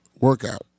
workout